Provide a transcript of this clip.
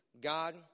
God